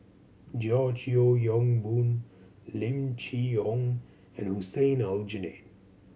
George Yeo Yong Boon Lim Chee Onn and Hussein Aljunied